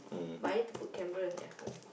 but I need to put camera at home